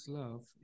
love